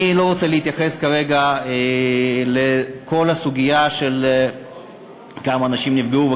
אני לא רוצה להתייחס כרגע לכל הסוגיה של כמה אנשים נפגעו,